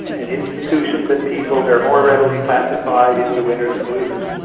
and institutions and people they're more readily classified into winners and losers.